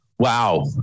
Wow